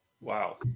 Wow